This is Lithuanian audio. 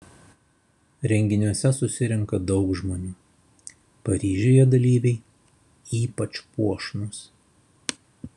renginiuose susirenka daug žmonių paryžiuje dalyviai ypač puošnūs